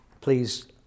please